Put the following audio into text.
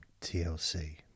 TLC